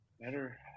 Better